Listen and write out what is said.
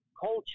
culture